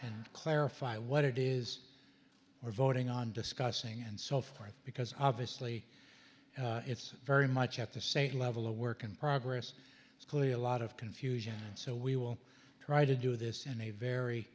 and clarify what it is we're voting on discussing and so forth because obviously it's very much at the same level a work in progress it's clearly a lot of confusion and so we will try to do this in a very